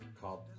called